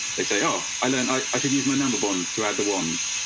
they say, oh, i learned i should use my number bonds to add the ones.